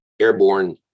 Airborne